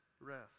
rest